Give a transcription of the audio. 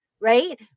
right